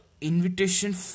invitation